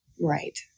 right